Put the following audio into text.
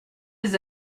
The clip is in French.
des